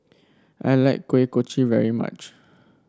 I like Kuih Kochi very much